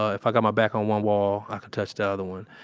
ah if i got my back on one wall, i could touch the other one.